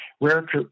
rare